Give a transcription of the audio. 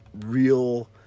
real